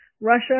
Russia